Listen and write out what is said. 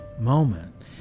moment